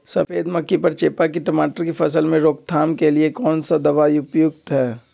सफेद मक्खी व चेपा की टमाटर की फसल में रोकथाम के लिए कौन सा दवा उपयुक्त है?